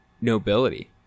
nobility